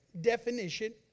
definition